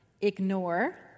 Ignore